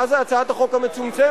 מה זה הצעת החוק המצומצמת?